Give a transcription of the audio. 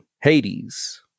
Hades